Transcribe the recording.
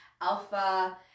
alpha